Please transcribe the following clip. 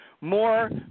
more